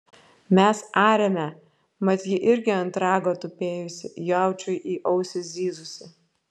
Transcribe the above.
mes arėme mat ji irgi ant rago tupėjusi jaučiui į ausį zyzusi